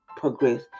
progress